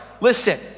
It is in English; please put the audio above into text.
Listen